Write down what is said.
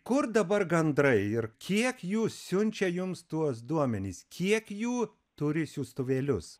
kur dabar gandrai ir kiek jų siunčia jums tuos duomenis kiek jų turi siųstuvėlius